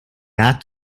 act